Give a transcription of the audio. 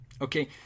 okay